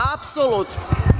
Apsolutno.